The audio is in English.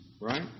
right